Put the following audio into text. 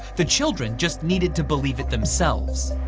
the children just needed to believe it themselves.